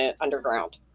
underground